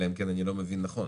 אלא אם כן אני לא מבין נכון,